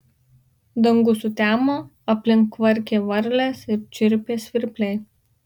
dangus sutemo aplink kvarkė varlės ir čirpė svirpliai